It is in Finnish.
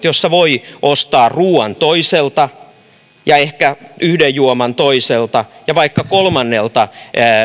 joissa voi ostaa ruuan toiselta ja ehkä yhden juoman toiselta ja vaikka kolmannelta